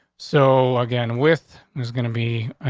so again with is gonna be ah